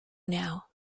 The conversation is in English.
now